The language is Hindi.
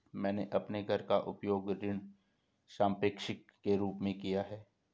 मैंने अपने घर का उपयोग ऋण संपार्श्विक के रूप में किया है